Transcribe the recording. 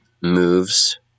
moves